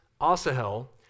Asahel